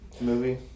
Movie